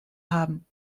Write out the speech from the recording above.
haben